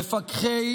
מפקחי